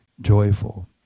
joyful